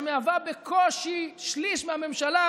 שמהווה בקושי שליש מהממשלה,